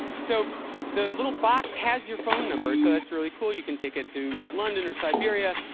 so the little box has your phone number. so that's really cool you can take it to london or siberia,